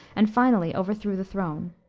and finally overthrew the throne.